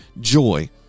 joy